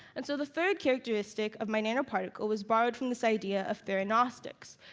and so the third characteristic of my nanoparticle was borrowed from this idea of theranostics.